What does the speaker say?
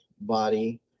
body